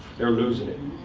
they're losing it.